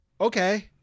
okay